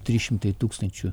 trys šimtai tūkstančių